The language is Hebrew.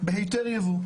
בהיתר יבוא".